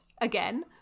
again